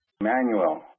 Emmanuel